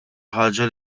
ħaġa